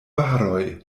baroj